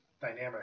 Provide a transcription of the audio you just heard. dynamic